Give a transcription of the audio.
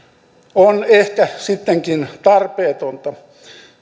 on ehkä sittenkin tarpeetonta